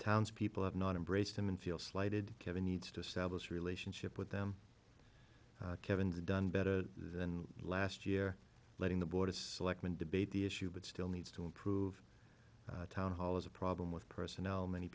townspeople have not embraced him and feel slighted kevin needs to sell this relationship with them kevin's done better than last year letting the board of selectmen debate the issue but still needs to improve townhall is a problem with personnel many